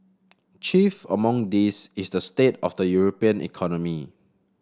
chief among these is the state of the European economy